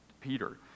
Peter